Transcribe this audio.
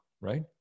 right